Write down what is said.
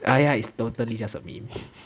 ah ya it's totally just a meme